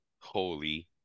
Holy